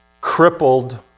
crippled